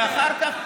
ואחר כך,